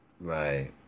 Right